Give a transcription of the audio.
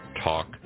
talk